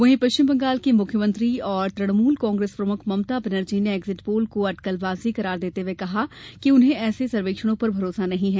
वहीं पश्चिम बंगाल की मुख्यमंत्री और तृणमूल कांग्रेस प्रमुख ममता बनर्जी ने एग्जिट पोल को अटकलबाजी करार देते हुए कहा है कि उन्हें ऐसे सर्वेक्षणों पर भरोसा नहीं है